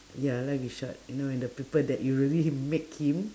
ya life is short you know when the people that you really make him